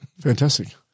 Fantastic